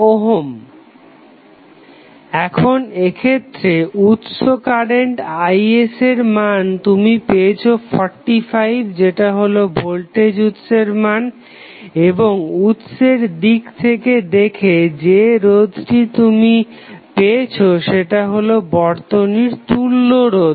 62410 এখন এক্ষেত্রে উৎস কারেন্ট Is এর মান তুমি পেয়েছো 45 যেটা হলো ভোল্টেজ উৎসের মান এবং উৎসের দিক থেকে দেখে যে রোধটি তুমি পেয়েছো সেটা হলো বর্তনীর তুল্য রোধ